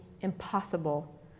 impossible